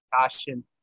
passion